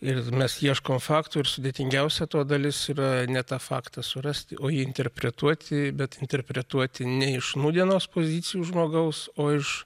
ir mes ieškom faktų ir sudėtingiausia to dalis yra ne tą faktą surasti o jį interpretuoti bet interpretuoti ne iš nūdienos pozicijų žmogaus o iš